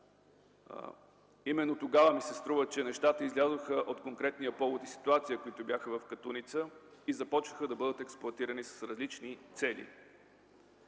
Именно тогава ми се струва, че нещата излязоха от конкретния повод и ситуация, които бяха в Катуница, и започнаха да бъдат експлоатирани с различни цели.